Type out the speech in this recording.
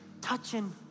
touching